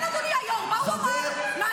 כן, אדוני היו"ר, מה הוא אמר?